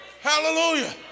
Hallelujah